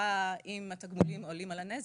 לכאורה אם התגמולים עולים על הנזק,